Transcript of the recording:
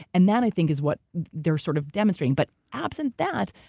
and that, i think, is what they're sort of demonstrating. but absent that,